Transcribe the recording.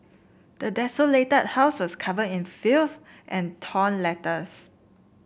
the desolated house was covered in filth and torn letters